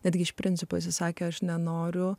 netgi iš principo atsisakė aš nenoriu